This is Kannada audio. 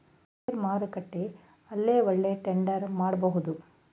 ಷೇರ್ ಮಾರ್ಕೆಟ್ ಅಲ್ಲೇ ಒಳ್ಳೆಯ ಟ್ರೇಡ್ ಮಾಡಬಹುದು